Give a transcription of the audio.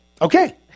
Okay